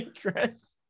Chris